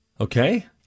Okay